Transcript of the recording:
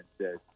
says